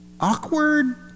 awkward